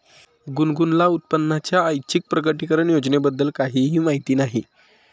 गुनगुनला उत्पन्नाच्या ऐच्छिक प्रकटीकरण योजनेबद्दल काहीही माहिती नाही